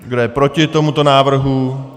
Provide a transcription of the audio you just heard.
Kdo je proti tomuto návrhu?